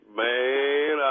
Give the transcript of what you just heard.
man